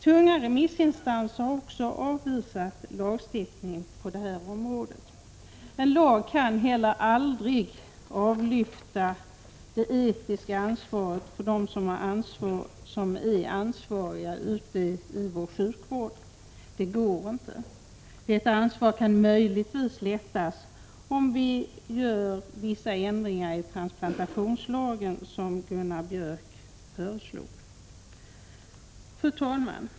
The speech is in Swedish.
Tunga remissinstanser har också avvisat lagstiftning på detta område. En lag kan heller aldrig avlyfta det etiska ansvaret från dem som är ansvariga för vår sjukvård. Det går inte. Ett ansvar kan möjligtvis lättas om vi gör vissa ändringar i transplantationslagen, som Gunnar Biörck föreslog. Fru talman!